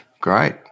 Great